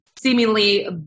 seemingly